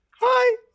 Hi